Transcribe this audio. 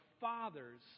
fathers